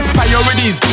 priorities